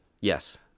Yes